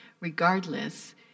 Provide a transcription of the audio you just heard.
Regardless